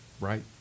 Right